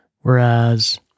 whereas